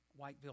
Whiteville